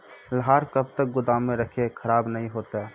लहार कब तक गुदाम मे रखिए खराब नहीं होता?